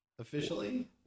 officially